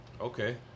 Okay